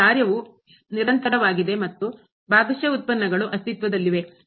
ಇಲ್ಲಿ ಕಾರ್ಯವು ನಿರಂತರವಾಗಿದೆ ಮತ್ತು ಭಾಗಶಃ ಉತ್ಪನ್ನಗಳು ಅಸ್ತಿತ್ವದಲ್ಲಿವೆ